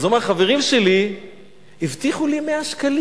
אז הוא אמר: חברים שלי הבטיחו לי 100 שקלים.